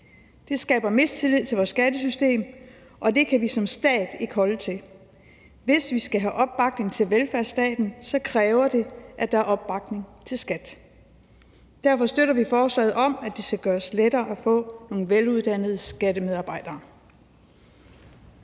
Det skaber mistillid til vores skattesystem, og det kan vi som stat ikke holde til. Hvis vi skal have opbakning til velfærdsstaten, kræver det, at der er opbakning til skattevæsenet. Derfor støtter vi forslaget om, at det skal gøres lettere at få nogle veluddannede skattemedarbejdere.